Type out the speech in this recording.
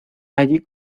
allí